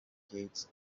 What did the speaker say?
skates